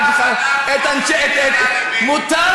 למה ראש הממשלה הלך לבגין?